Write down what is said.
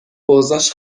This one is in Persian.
اوضاش